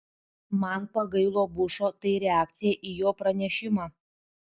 man pagailo bušo tai reakcija į jo pranešimą